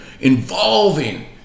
involving